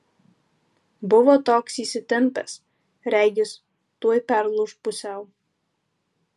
buvo toks įsitempęs regis tuoj perlūš pusiau